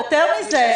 יותר מזה,